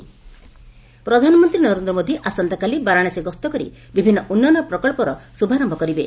PM Varanasi visit ପ୍ରଧାନମନ୍ତ୍ରୀ ନରେନ୍ଦ୍ର ମୋଦି ଆସନ୍ତାକାଲି ବାରଣାସୀ ଗସ୍ତ କରି ବିଭିନ୍ନ ଉନ୍ନୟନ ପ୍ରକହ୍ବର ଶୁଭାରୟ କରିବେ